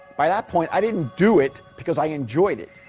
by that point i didn't do it because i enjoyed it,